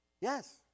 Yes